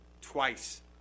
twice